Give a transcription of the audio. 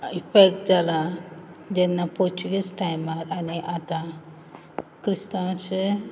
effect जाला जेन्ना Portuguese टायमार आनी आतां क्रिस्तांवाचें